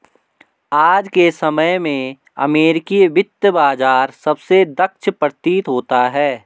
आज के समय में अमेरिकी वित्त बाजार सबसे दक्ष प्रतीत होता है